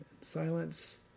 silence